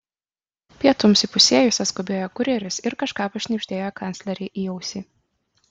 pietums įpusėjus atskubėjo kurjeris ir kažką pašnibždėjo kanclerei į ausį